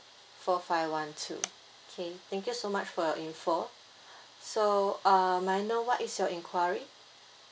four five one two okay thank you so much for your info so uh may I know what is your enquiry